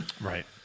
Right